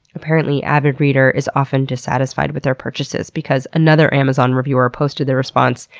apparently, avid reader is often dissatisfied with their purchases, because another amazon reviewer posted the response,